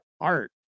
art